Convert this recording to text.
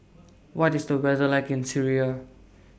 What IS The weather like in Syria